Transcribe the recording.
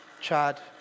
Chad